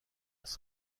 است